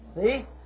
See